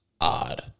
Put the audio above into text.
odd